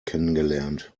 kennengelernt